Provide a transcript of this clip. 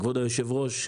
כבוד היושב-ראש,